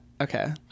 okay